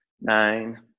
nine